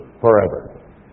forever